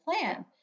plan